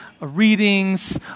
readings